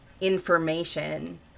information